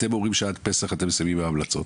אתם אומרים שעד פסח אתם מסיימים עם ההמלצות.